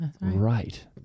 right